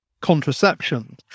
contraception